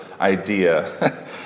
idea